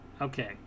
okay